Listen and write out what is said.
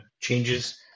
changes